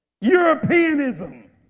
Europeanism